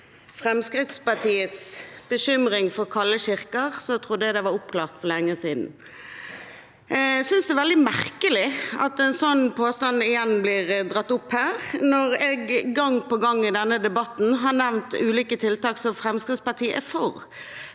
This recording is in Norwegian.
Fremskrittspartiets bekymring for kalde kirker, trodde jeg det var opplagt for lenge siden. Jeg synes det er veldig merkelig at en sånn påstand igjen blir dratt opp, når jeg gang på gang i denne debatten har nevnt ulike tiltak som Fremskrittspartiet er for,